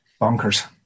bonkers